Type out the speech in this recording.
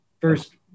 first